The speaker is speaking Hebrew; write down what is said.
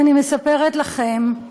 אני מספרת לכם,